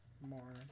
more